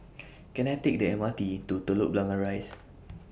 Can I Take The M R T to Telok Blangah Rise